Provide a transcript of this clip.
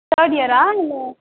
third இயரா இல்லை